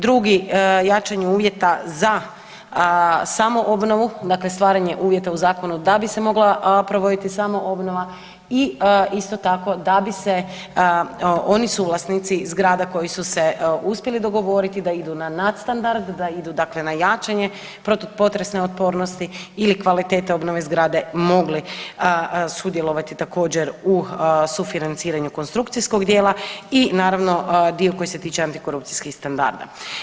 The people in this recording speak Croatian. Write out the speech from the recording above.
Drugi, jačanju uvjeta za samoobnovu, dakle stvaranje uvjeta u zakonu da bi se mogla provoditi samoobnova i isto tako da bi se oni suvlasnici zgrada koji su se uspjeli dogovoriti da idu na nadstandard, da idu dakle na jačanje protupotresne otpornosti ili kvalitete obnove zgrade mogli sudjelovati također u sufinanciranju konstrukcijskog dijela i naravno dio koji se tiče antikorupcijskih standarda.